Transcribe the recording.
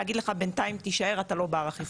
להגיד לך בינתיים תישאר אתה לא בר אכיפה,